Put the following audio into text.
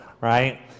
right